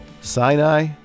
Sinai